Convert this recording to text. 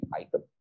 item